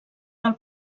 del